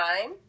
time